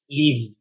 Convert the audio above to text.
leave